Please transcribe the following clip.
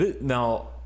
now